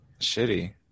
Shitty